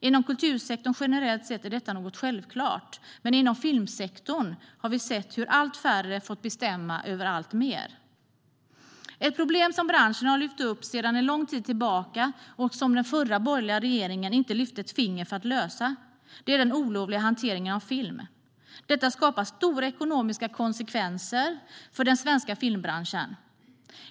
Inom kultursektorn generellt sett är detta något självklart, men inom filmsektorn har vi sett hur allt färre har fått bestämma över alltmer. Ett problem som branschen har lyft upp sedan en lång tid tillbaka och som den förra borgerliga regeringen inte lyfte ett finger för att lösa är den olovliga hanteringen av film. Detta skapar stora ekonomiska konsekvenser för den svenska filmbranschen.